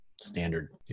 standard